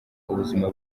ubuzima